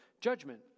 judgment